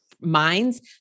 minds